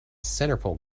centerfold